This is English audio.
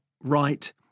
right